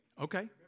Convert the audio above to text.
Okay